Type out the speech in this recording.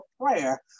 prayer